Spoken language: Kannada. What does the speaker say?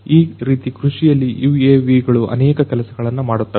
ಈ ರೀತಿ ಕೃಷಿಯಲ್ಲಿ UAVಗಳು ಅನೇಕ ಕೆಲಸಗಳನ್ನು ಮಾಡುತ್ತವೆ